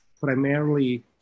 primarily